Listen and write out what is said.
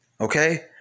okay